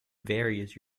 various